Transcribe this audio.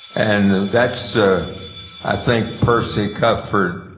and that's, ah i think, percy cuthfert,